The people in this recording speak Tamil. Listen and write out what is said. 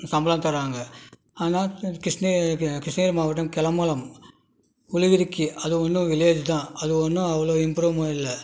சம்பளம் தராங்க ஆனால் கிஷ்ணகி கிருஷ்ணகிரி மாவட்டம் கெளம்பலம் உளிவிருக்கி அது இன்னும் வில்லேஜ் தான் அது இன்னும் அவ்வளோ இம்ப்ரூவ் இல்லை